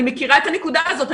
אני מכירה את הנקודה הזאת,